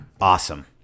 Awesome